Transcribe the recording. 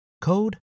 code